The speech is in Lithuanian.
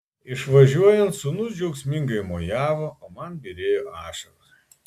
išvažiuojant sūnus džiaugsmingai mojavo o man byrėjo ašaros